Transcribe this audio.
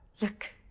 Look